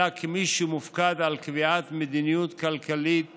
אלא כמי שמופקד על קביעת מדיניות כלכלית כוללת,